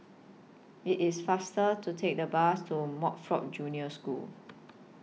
IT IS faster to Take The Bus to Montfort Junior School